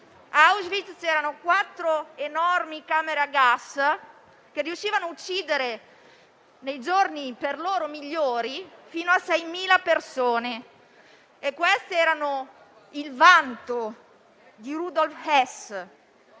Ad Auschwitz quattro enormi camere a gas, che riuscivano ad uccidere nei giorni per loro migliori fino a 6.000 persone, erano il vanto di Rudolf Hess.